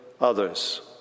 others